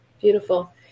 beautiful